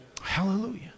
Hallelujah